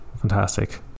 Fantastic